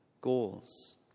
goals